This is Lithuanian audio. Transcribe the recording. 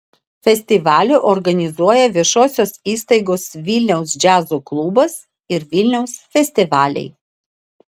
festivalį organizuoja viešosios įstaigos vilniaus džiazo klubas ir vilniaus festivaliai